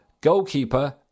Goalkeeper